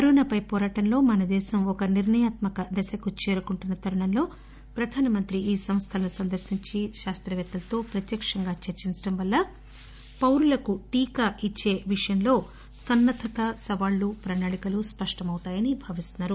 కరోనాపై వోరాటంలో మన దేశం ఒక నిర్ణయాత్మక దశకు చేరుకుంటున్న తరుణంలో ప్రధానమంత్రి ఈ సంస్థలను సందర్శించి శాస్తవేత్తలతో ప్రత్యక్షంగా చర్చించడం వల్ల పౌరులకు టీకా ఇచ్చే విషయంలో సన్నద్దత సవాళ్లు ప్రణాళికలు స్పష్టమవుతాయని భావిస్తున్నారు